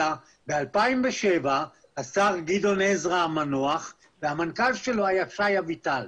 אלא ב-2007 השר גדעון עזרא המנוח והמנכ"ל שלו היה שי אביטן.